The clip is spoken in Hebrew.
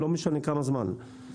לא משנה כמה זמן,